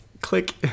Click